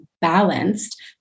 balanced